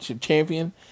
champion